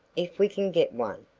if we can get one.